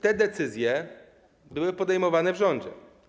Te decyzje były podejmowane w rządzie.